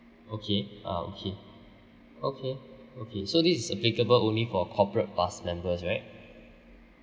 okay ah okay okay okay so this is applicable only for corporate pass members right